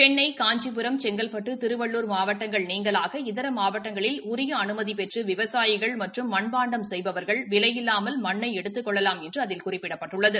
சென்னை காஞ்சிபுரம் செங்கல்பட்டு திருவள்ளூர் மாவட்டங்கள் நீங்கலாக இதர மாவட்டங்களில் உரிய அனுமதி பெற்று விவசாயிகள் மற்றும் மண்பாண்டம் செய்பவர்கள் விலையில்லாமல் மண்ணை எடுத்துக் கொள்ளலாம் என்று அதில் குறிப்பிடப்பட்டுள்ளது